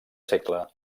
segle